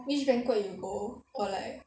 which banquet you go or like